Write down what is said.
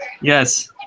Yes